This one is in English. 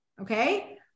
okay